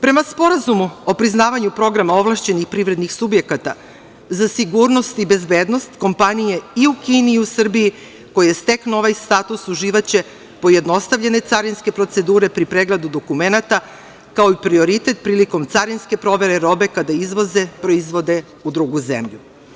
Prema Sporazumu o priznavanju programa ovlašćenih privrednih subjekata za sigurnost i bezbednost, kompanije i u Kini, i u Srbiji koje steknu ovaj status, uživaće pojednostavljene carinske procedure pri pregledu dokumenata, kao i prioritet prilikom carinske provere robe kada izvoze, proizvode u drugu zemlju.